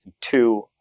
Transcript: Two